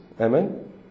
Amen